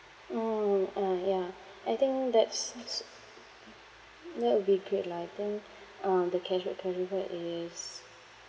mm ah ya I think that's more suit that will be great lah I think um the cashback credit card is